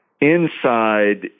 inside